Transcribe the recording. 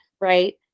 right